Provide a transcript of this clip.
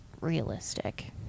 realistic